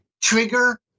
trigger